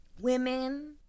women